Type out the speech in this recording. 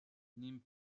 نیم